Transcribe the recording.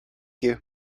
you